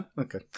Okay